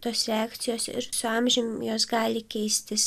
tos reakcijos ir su amžium jos gali keistis